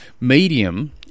medium